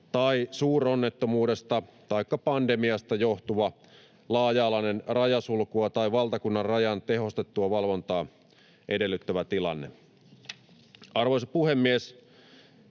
tai suuronnettomuudesta taikka pandemiasta johtuva laaja-alainen, rajasulkua tai valtakunnanrajan tehostettua valvontaa edellyttävä tilanne. Arvoisa puhemies!